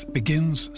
begins